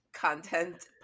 Content